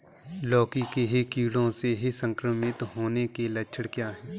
लौकी के कीड़ों से संक्रमित होने के लक्षण क्या हैं?